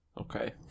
Okay